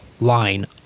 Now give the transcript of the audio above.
line